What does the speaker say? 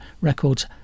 Records